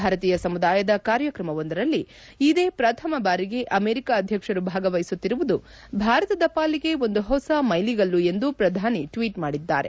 ಭಾರತೀಯ ಸಮುದಾಯದ ಕಾರ್ಯಕ್ರಮವೊಂದರಲ್ಲಿ ಇದೇ ಪ್ರಥಮ ಬಾರಿಗೆ ಅಮೆರಿಕ ಅಧ್ವಕ್ಷರು ಭಾಗವಹಿಸುತ್ತಿರುವುದು ಭಾರತದ ಪಾಲಿಗೆ ಒಂದು ಹೊಸ ಮೈಲಿಗಲ್ಲು ಎಂದು ಪ್ರಧಾನಿ ಟ್ವೀಟ್ ಮಾಡಿದ್ದಾರೆ